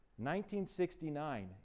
1969